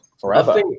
forever